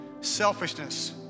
selfishness